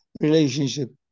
relationship